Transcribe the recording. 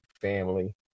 family